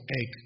egg